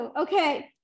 Okay